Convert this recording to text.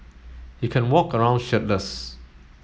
he can walk around shirtless